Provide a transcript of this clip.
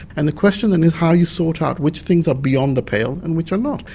and the question then is, how you sort out which things are beyond the pale and which are not.